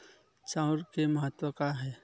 चांउर के महत्व कहां हे?